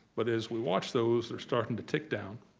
but as we watch those, they're starting to tick down,